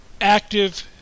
active